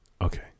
Okay